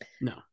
No